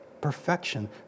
Perfection